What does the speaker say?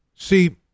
See